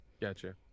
Gotcha